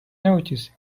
notice